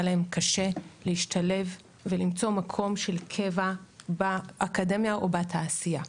להם קשה להשתלב ולמצוא מקום של קבע באקדמיה או בתעשייה.